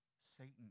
Satan